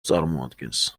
წარმოადგენს